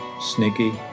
sneaky